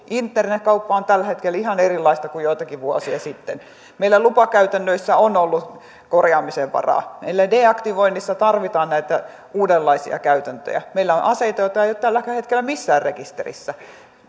internetkauppa on tällä hetkellä ihan erilaista kuin joitakin vuosia sitten meillä lupakäytännöissä on ollut korjaamisen varaa deaktivoinnissa tarvitaan uudenlaisia käytäntöjä meillä on aseita joita ei ole tälläkään hetkellä missään rekisterissä